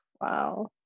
Wow